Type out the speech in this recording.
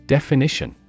Definition